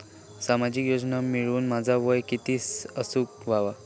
सामाजिक योजना मिळवूक माझा वय किती असूक व्हया?